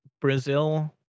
Brazil